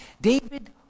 David